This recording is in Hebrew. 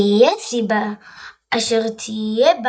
תהיה הסבה אשר תהיה,